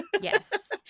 Yes